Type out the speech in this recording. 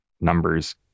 numbers